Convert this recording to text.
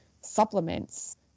supplements